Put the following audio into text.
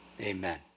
Amen